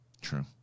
True